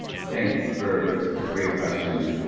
thanks for those great questions.